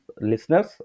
listeners